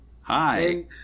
Hi